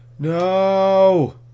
No